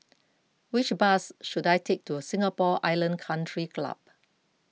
which bus should I take to Singapore Island Country Club